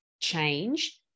change